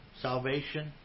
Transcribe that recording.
salvation